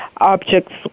objects